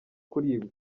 kuribwa